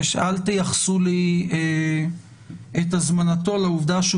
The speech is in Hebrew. ואל תייחסו לי את הזמנתו לעובדה שהוא